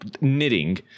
knitting